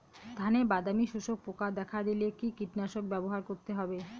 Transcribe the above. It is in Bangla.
ধানে বাদামি শোষক পোকা দেখা দিলে কি কীটনাশক ব্যবহার করতে হবে?